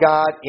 God